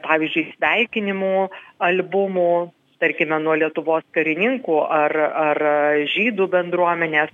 pavyzdžiui sveikinimų albumų tarkime nuo lietuvos karininkų ar ar žydų bendruomenės